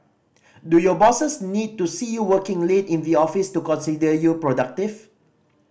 do your bosses need to see you working late in the office to consider you productive